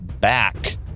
back